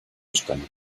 stammen